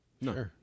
No